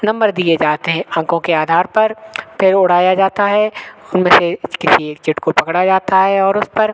number दिए जाते हैं अंकों के आधार पर फ़िर उड़ाया जाता है उनमें से एक किसी एक चिट को पकड़ा जाता है और उस पर